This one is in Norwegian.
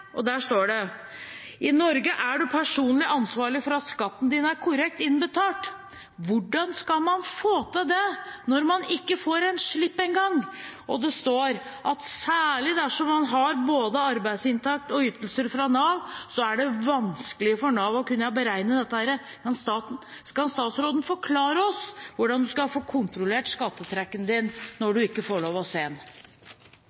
at skatten din er korrekt innbetalt.» Hvordan skal man få til det når man ikke får en slipp engang? Og det står at særlig dersom man har både arbeidsinntekt og ytelser fra Nav, er det vanskelig for Nav å beregne dette. Kan statsråden forklare oss hvordan man skal få kontrollert skattetrekket når